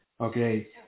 Okay